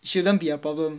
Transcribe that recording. shouldn't be a problem